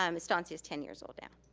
um estancia's ten years old now.